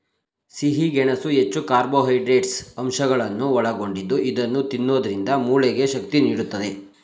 ಸಿಹಿ ಗೆಣಸು ಹೆಚ್ಚು ಕಾರ್ಬೋಹೈಡ್ರೇಟ್ಸ್ ಅಂಶಗಳನ್ನು ಒಳಗೊಂಡಿದ್ದು ಇದನ್ನು ತಿನ್ನೋದ್ರಿಂದ ಮೂಳೆಗೆ ಶಕ್ತಿ ನೀಡುತ್ತದೆ